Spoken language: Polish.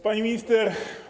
Pani Minister!